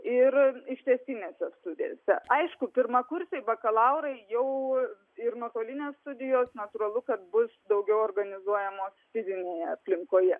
ir ištęstinėse studijose aišku pirmakursiai bakalaurai jau ir nuotolinės studijos natūralu kad bus daugiau organizuojamos fizinėje aplinkoje